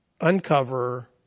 uncover